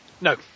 No